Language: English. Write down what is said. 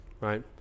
right